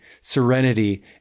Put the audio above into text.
serenity